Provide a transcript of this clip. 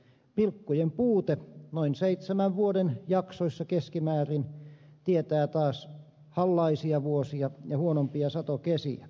pilkkujen puute noin seitsemän vuoden jaksoissa keskimäärin tietää taas hallaisia vuosia ja huonompia satokesiä